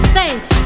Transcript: thanks